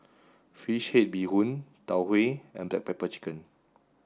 fish head bee hoon Tau Huay and black pepper chicken